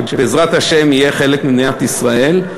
שבעזרת השם תהיה חלק ממדינת ישראל,